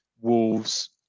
Wolves